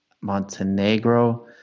Montenegro